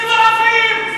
מטורפים,